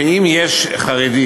שאם יש חרדי,